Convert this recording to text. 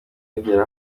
bagera